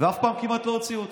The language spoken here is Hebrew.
ואף פעם כמעט לא הוציאו אותו.